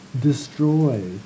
destroy